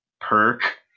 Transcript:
Perk